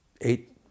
eight